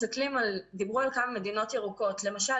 דיברו על כמה מדינות ירוקות למשל,